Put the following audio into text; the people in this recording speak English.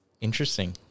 Interesting